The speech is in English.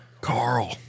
Carl